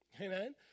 Amen